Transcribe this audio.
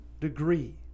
degree